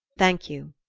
thank you,